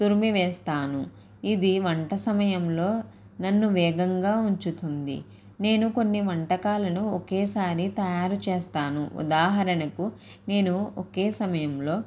తురిమి వేస్తాను ఇది వంట సమయంలో నన్ను వేగంగా ఉంచుతుంది నేను కొన్ని వంటకాలను ఒకేసారి తయారు చేస్తాను ఉదాహరణకు నేను ఒకే సమయంలో